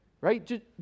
Right